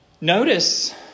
Notice